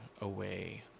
away